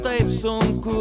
taip sunku